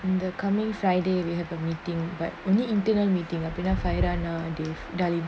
in the coming friday we have a meeting but only internal meeting அப்டினா:apdinaa fire and ah if dalip